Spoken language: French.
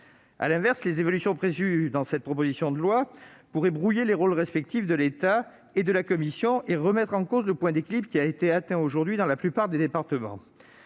À l'inverse, les évolutions prévues dans la proposition de loi pourraient brouiller les rôles respectifs de l'État et de la commission et remettre en cause le point équilibre atteint aujourd'hui dans la plupart des départements.